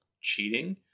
cheating